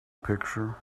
picture